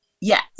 Yes